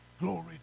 Glory